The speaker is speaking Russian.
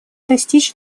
достичь